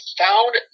found